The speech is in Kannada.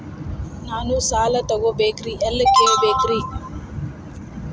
ನಾನು ಸಾಲ ತೊಗೋಬೇಕ್ರಿ ಎಲ್ಲ ಕೇಳಬೇಕ್ರಿ?